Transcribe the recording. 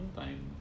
time